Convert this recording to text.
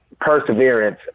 perseverance